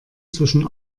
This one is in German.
zwischen